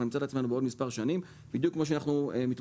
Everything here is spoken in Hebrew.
אנחנו נמצא את עצמנו בעוד מספר שנים בדיוק במצב אתו אנחנו מתמודדים